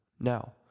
Now